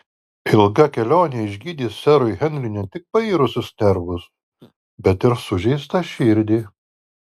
ilga kelionė išgydys serui henriui ne tik pairusius nervus bet ir sužeistą širdį